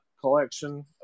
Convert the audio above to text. collection